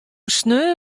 saterdei